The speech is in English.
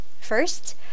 First